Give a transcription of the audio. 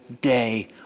day